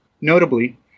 Notably